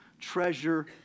treasure